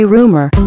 Rumor